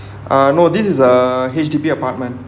uh no this is a H_D_B apartment